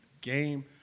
Game